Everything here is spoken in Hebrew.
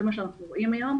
זה מה שאנחנו רואים היום,